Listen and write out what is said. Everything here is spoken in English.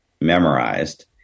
memorized